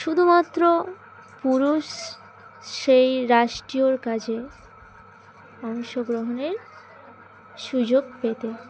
শুধুমাত্র পুরুষ সেই রাষ্ট্রীয় কাজে অংশগ্রহণের সুযোগ পেত